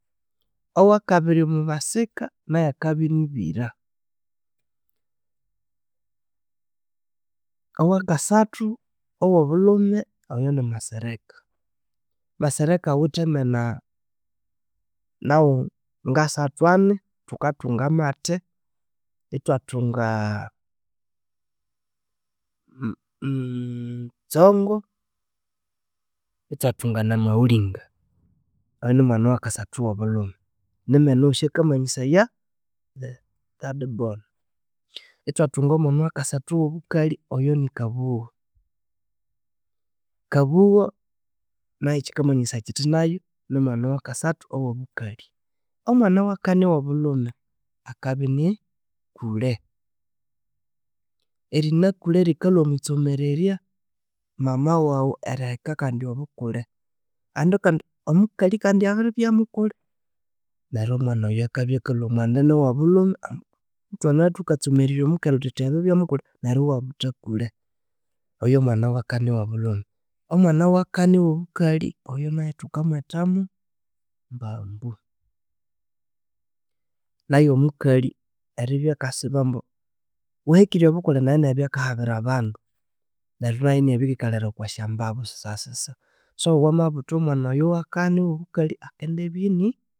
Owakabiri omwabasika nayu akabya ini biira, owakasathu, owobulhumi oyo nimasereka. Masereka awithe amena nawu ngasathu ani, thukathunga maate, ithwathunga tsongo, ithwathunga namaghulinga oyu nimwana owakasathu owobulhume nimena wosi akamanyisaya third born. Ithwathunga omwana owakasathu owobukalhi oyo nikabugho. Kabughu nayu kyikamanyisaya kyithi nayu nimwana owakasathu owobukalhi. Omwana owakani owobulhume akani kule. Erina kule rikalwa omwitsomererya mama wawu eriheka kandi obukule. Kandi kandi omukali kandi abiribya mukule neryu omwana oyu akabya akalwa omwanda niwobullhumi ambu thwanabya thukatsomererya omukali thuthi abibya mukulhe neryu iwabutha kule. Oyo yomwana owakani owobulhume. Omwana wakani wobukalhioyo nayu thukamwethamu Mbambu. Nayu omukali eribya akasibambu wuhekirye obukule neryu inabya akahabira abandu, neryu nayu inabirikalhira okwasyambabu sisasisa. So wamabutha omwana oyo owakani owobukalhi akendibya ini